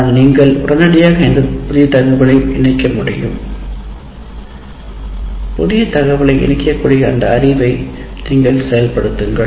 ஆனால் நீங்கள் உடனடியாக எந்த புதிய தகவலையும் இணைக்க முடியும் புதிய தகவலை இணைக்கக்கூடிய அந்த அறிவை நீங்கள் செயல்படுத்துங்கள்